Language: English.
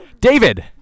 David